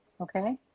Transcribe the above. okay